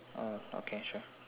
oh okay sure